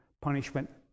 punishment